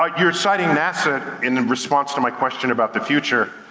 ah your citing nasa, in in response to my question about the future,